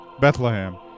Bethlehem